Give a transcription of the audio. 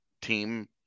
team